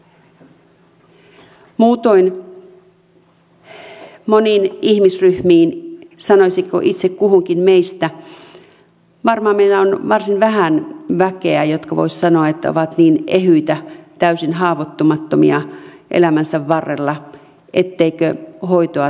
muutoin monilla ihmisryhmillä sanoisinko itse kullakin meistä on monenmoista varmaan meillä on varsin vähän ihmisiä jotka voisivat sanoa että ovat niin ehyitä täysin haavoittumattomia elämänsä varrella etteikö hoitoa tarvittaisi